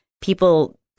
people